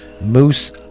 Moose